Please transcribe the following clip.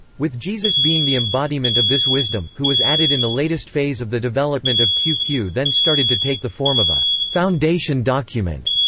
with jesus being the embodiment of this wisdom, who was added in the latest phase of the development of q. q then started to take the form of a foundation document,